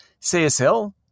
CSL